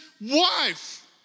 wife